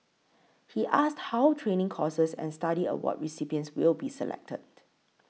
he asked how training courses and study award recipients will be selected